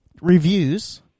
reviews